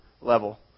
level